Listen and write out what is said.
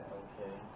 okay